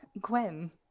gwen